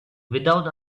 without